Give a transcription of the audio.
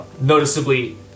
noticeably